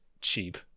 cheap